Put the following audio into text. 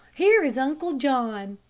here is uncle john.